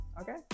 Okay